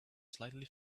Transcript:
slightly